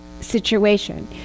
situation